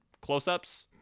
close-ups